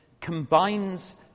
combines